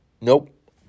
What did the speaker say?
nope